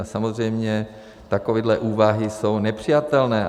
A samozřejmě takové úvahy jsou nepřijatelné.